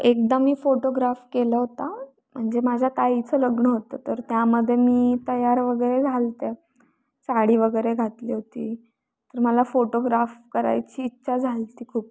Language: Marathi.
एकदा मी फोटोग्राफ केलं होता म्हणजे माझ्या ताईचं लग्न होतं तर त्यामध्ये मी तयार वगैरे झाले होते साडी वगैरे घातली होती तर मला फोटोग्राफ करायची इच्छा झाली होती खूप